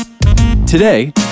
Today